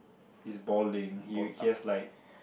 is balding he he has like